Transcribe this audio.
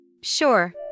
Sure